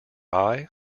eye